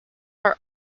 are